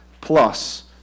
plus